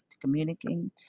communicating